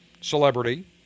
celebrity